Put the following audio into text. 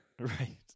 right